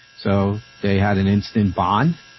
so they had an instant bond.